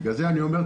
בגלל זה אני אומר,